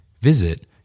Visit